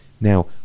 Now